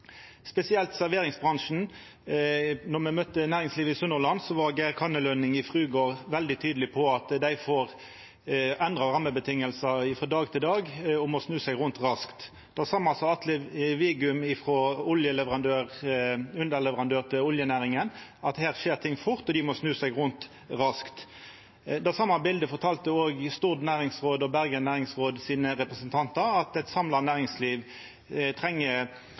spesielt frå serveringsbransjen. Då me møtte næringslivet i Sunnhordland, var Geir Kannelønning frå Bakeriet Frugård veldig tydeleg på at dei får endra rammevilkår frå dag til dag og må snu seg rundt raskt. Det same sa Atle Wigum, frå ein underleverandør til oljenæringa, at her skjer ting fort, og at dei må snu seg rundt raskt. Det same bildet fekk me frå Stord næringsråd og Bergen næringsråd sine representantar: Eit samla næringsliv treng